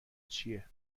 چیه